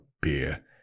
beer